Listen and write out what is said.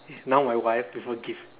now my wife